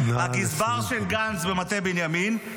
במטה בנימין,